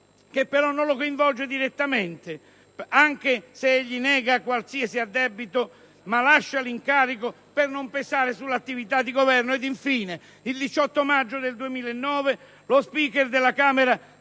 che non lo coinvolge direttamente. Anche se egli nega qualsiasi addebito, lascia l'incarico per non pesare sull'attività di Governo. Infine, il 18 maggio 2009 lo *Speaker* della Camera